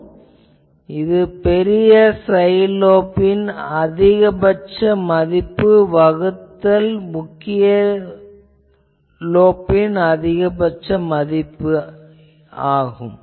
அதாவது இது பெரிய சைட் லோப்பின் அதிகபட்ச மதிப்பு வகுத்தல் முக்கிய லோப்பின் அதிகபட்ச மதிப்பு ஆகும்